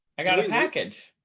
i got a package.